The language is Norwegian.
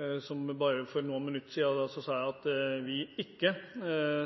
bare noen minutter siden sa jeg at vi ikke